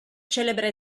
celebre